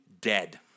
dead